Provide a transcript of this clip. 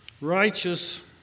righteous